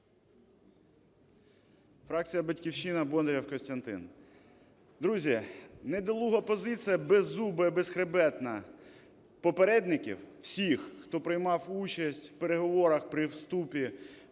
Друзі, недолуга позиція, беззуба і безхребетна, попередників всіх, хто приймав участь в переговорах при вступі